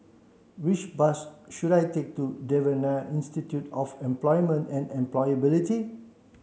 which bus should I take to Devan Nair Institute of Employment and Employability